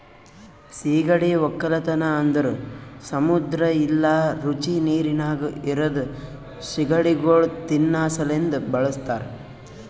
ಸೀಗಡಿ ಒಕ್ಕಲತನ ಅಂದುರ್ ಸಮುದ್ರ ಇಲ್ಲಾ ರುಚಿ ನೀರಿನಾಗ್ ಇರದ್ ಸೀಗಡಿಗೊಳ್ ತಿನ್ನಾ ಸಲೆಂದ್ ಬಳಸ್ತಾರ್